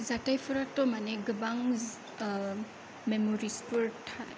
जाथाइफोरथ' माने गोबां मेमरिसफोर था